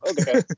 okay